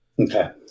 Okay